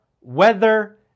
weather